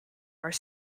are